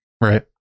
Right